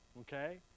Okay